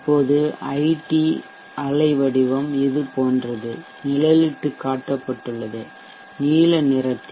இப்போது ஐடி அலைவடிவம் இது போன்றது நிழலிட்டு காட்டப்பட்டுள்ளது நீல நிறத்தில்